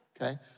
okay